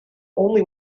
only